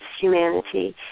humanity